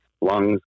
lungs